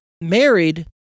married